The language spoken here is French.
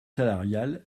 salariale